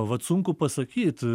vat sunku pasakyt